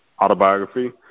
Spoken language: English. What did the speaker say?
autobiography